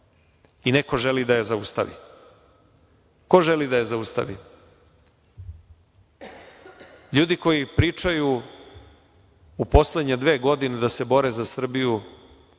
i neko želi da je zaustavi. Ko želi da je zaustavi? Ljudi koji pričaju u poslednje dve godine da se bore za Srbiju